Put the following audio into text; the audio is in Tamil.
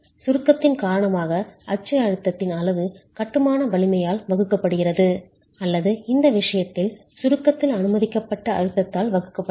சுருக்கத்தின் காரணமாக அச்சு அழுத்தத்தின் அளவு கட்டுமான வலிமையால் வகுக்கப்படுகிறது அல்லது இந்த விஷயத்தில் சுருக்கத்தில் அனுமதிக்கப்பட்ட அழுத்தத்தால் வகுக்கப்படுகிறது